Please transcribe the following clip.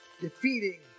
defeating